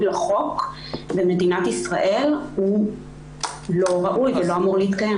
לחוק במדינת ישראל הוא לא ראוי ולא אמור להתקיים.